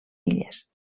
illes